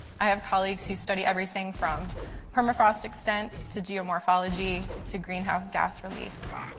i have colleagues who study everything from permafrost extent to geomorphology, to greenhouse gas release.